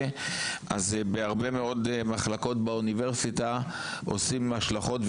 אז בהרבה מאוד מחלקות באוניברסיטה עושים השלכות,